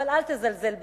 אבל אל תזלזל בנו,